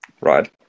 right